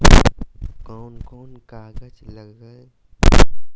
कौन कौन कागज लग तय?